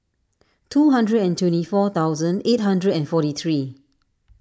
two hundred and twenty four thousand eight hundred and forty three